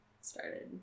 started